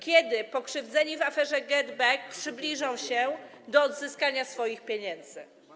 Kiedy pokrzywdzeni w aferze GetBack przybliżą się do odzyskania swoich pieniędzy?